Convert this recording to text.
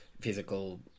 physical